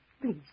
Please